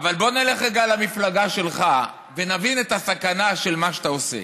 אבל בוא נלך רגע על המפלגה שלך ונבין את הסכנה של מה שאתה עושה.